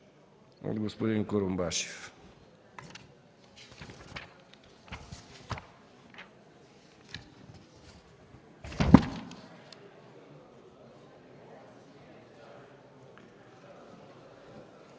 от господин Курумбашев.